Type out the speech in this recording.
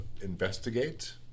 investigate